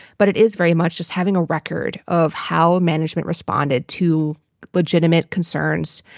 but it is very much just having a record of how management responded to legitimate concerns,